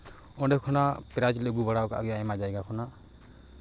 ᱚᱸᱰᱮ ᱠᱷᱚᱱᱟᱜ ᱯᱨᱟᱭᱤᱡᱽ ᱞᱮ ᱟᱹᱜᱩ ᱵᱟᱲᱟᱣ ᱠᱟᱜ ᱜᱮᱭᱟ ᱟᱭᱢᱟ ᱡᱟᱭᱜᱟ ᱠᱷᱚᱱᱟᱜ